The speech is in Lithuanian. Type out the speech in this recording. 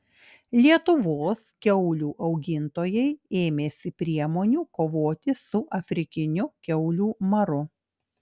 lietuvos kiaulių augintojai ėmėsi priemonių kovoti su afrikiniu kiaulių maru